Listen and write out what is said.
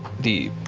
the